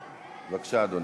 בבקשה, אדוני.